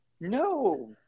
No